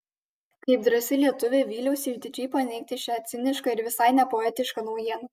kaip drąsi lietuvė vyliausi išdidžiai paneigti šią cinišką ir visai nepoetišką naujieną